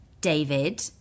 David